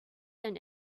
and